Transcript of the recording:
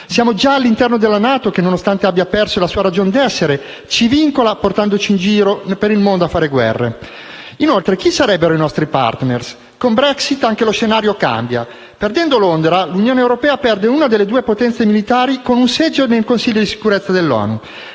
Siamo già all'interno della NATO che, nonostante abbia perso la sua ragion d'essere, ci vincola portandoci in giro per il mondo a fare guerre. Inoltre, chi sarebbero i nostri *partner*? Con la Brexit anche lo scenario cambia. Perdendo Londra, l'Unione europea perde una delle due potenze militari con un seggio nel Consiglio di sicurezza dell'ONU.